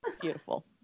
Beautiful